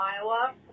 Iowa